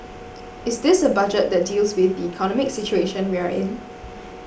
is this a budget that deals with the economic situation we are in